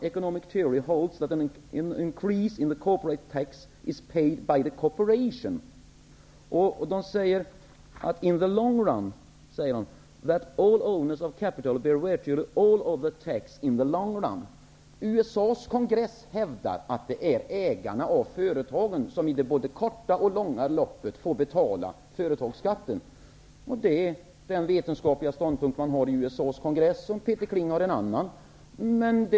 Rapporten heter ''Revising the Vidare sägs det i rapporten:''- - that all owners of capital bear vitually all of the tax in the long run.'' USA:s kongress hävdar att det är ägarna av företagen som både på kort sikt och i det långa loppet får betala företagsskatten. Det är den vetenskapliga ståndpunkt som man i USA:s kongress intar. Peter Kling intar en annan ståndpunkt.